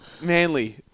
Manly